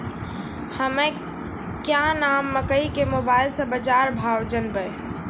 हमें क्या नाम मकई के मोबाइल से बाजार भाव जनवे?